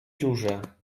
dziurze